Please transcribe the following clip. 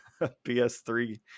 ps3